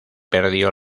perdió